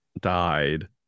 died